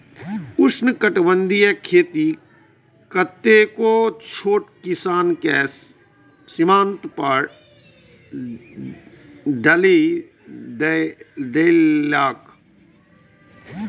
उष्णकटिबंधीय खेती कतेको छोट किसान कें सीमांत पर डालि देलकै